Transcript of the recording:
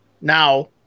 Now